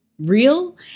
real